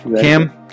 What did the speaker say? Cam